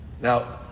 Now